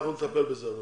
אנחנו נטפל בזה.